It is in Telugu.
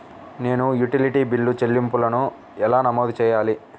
నేను యుటిలిటీ బిల్లు చెల్లింపులను ఎలా నమోదు చేయాలి?